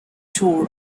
tour